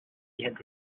had